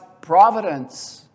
providence